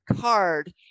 card